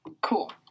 Cool